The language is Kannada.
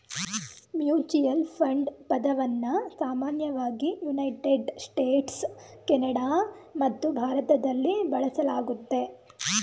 ಮ್ಯೂಚುಯಲ್ ಫಂಡ್ ಪದವನ್ನ ಸಾಮಾನ್ಯವಾಗಿ ಯುನೈಟೆಡ್ ಸ್ಟೇಟ್ಸ್, ಕೆನಡಾ ಮತ್ತು ಭಾರತದಲ್ಲಿ ಬಳಸಲಾಗುತ್ತೆ